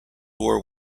war